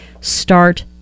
start